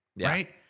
right